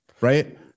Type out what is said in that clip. Right